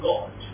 God